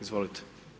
Izvolite.